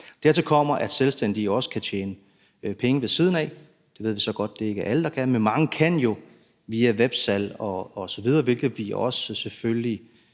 Dertil kommer, at selvstændige også kan tjene penge ved siden af. Det ved vi så godt at det ikke er alle der kan, men mange kan jo via websalg osv., hvilket vi selvfølgelig